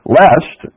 lest